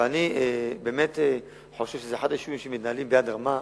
ואני באמת חושב שזה אחד היישובים שמתנהלים ביד רמה,